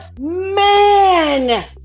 man